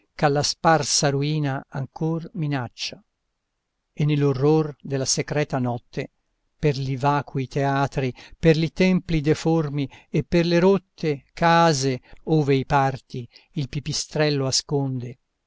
alla sparsa ruina ancor minaccia e nell'orror della secreta notte per li vacui teatri per li templi deformi e per le rotte case ove i parti il pipistrello asconde